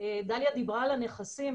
דליה דיברה על הנכסים,